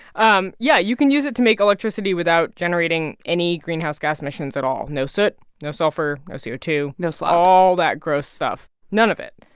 um yeah. you can use it to make electricity without generating any greenhouse gas emissions at all no soot, no sulfur, no c o two point no slop all that gross stuff, none of it.